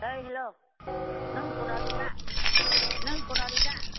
ओइ हेल्ल' नों सनारि दा नों सनारि दा